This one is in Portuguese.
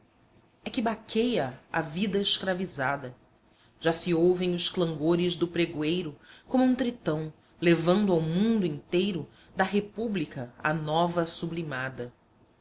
é que baqueia a vida escravizada já se ouvem os clangores do pregoeiro como um tritão levando ao mundo inteiro da república a nova sublimada